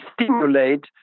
stimulate